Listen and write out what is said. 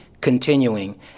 continuing